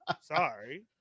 Sorry